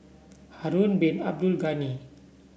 Harun Bin Abdul Ghani